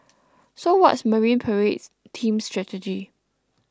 so what's Marine Parade team's strategy